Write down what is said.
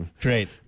Great